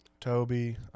Toby